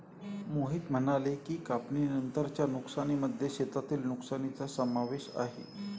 मोहित म्हणाले की, कापणीनंतरच्या नुकसानीमध्ये शेतातील नुकसानीचा समावेश आहे